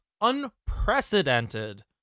Unprecedented